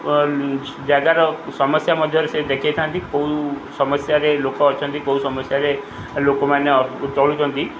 ଜାଗାର ସମସ୍ୟା ମଧ୍ୟରେ ସେ ଦେଖାଇଥାନ୍ତି କେଉଁ ସମସ୍ୟାରେ ଲୋକ ଅଛନ୍ତି କେଉଁ ସମସ୍ୟାରେ ଲୋକମାନେ ଚଳୁଛନ୍ତି